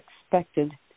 expected